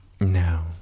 no